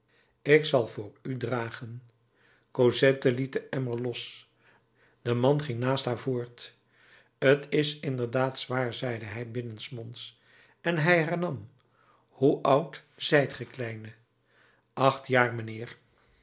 ik zal voor u dragen cosette liet den emmer los de man ging naast haar voort t is inderdaad zwaar zeide hij binnensmonds en hij hernam hoe oud zijt ge kleine acht jaar mijnheer